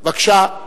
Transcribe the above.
בבקשה.